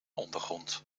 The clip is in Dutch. ondergrond